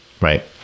right